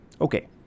Okay